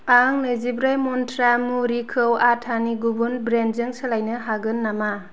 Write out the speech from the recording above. आं नैजिब्रै मन्त्रा मुरिखौ आथानि गुबुन ब्रेन्ड जों सोलायनो हागोन नामा